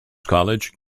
college